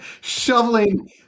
Shoveling